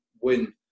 win